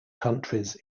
countries